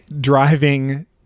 driving